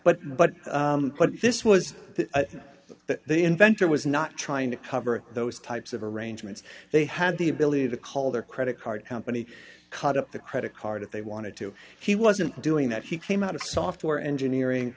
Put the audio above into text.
but but but this was the inventor was not trying to cover those types of arrangements they had the ability to call their credit card company cut up the credit card if they wanted to he wasn't doing that he came out of software engineering